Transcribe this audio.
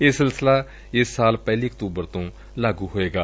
ਇਹ ਸਿਲਸਿਲਾ ਇਸ ਸਾਲ ਪਹਿਲੀ ਅਕਤੂਬਰ ਤੋਂ ਲਾਗੂ ਹੋਵੇਗਾ